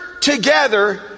together